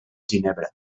ginebra